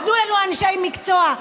תנו לנו אנשי מקצוע,